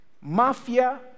mafia